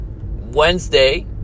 Wednesday